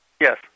Yes